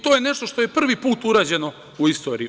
To je nešto što je prvi put urađeno u istoriji.